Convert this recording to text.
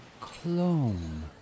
clone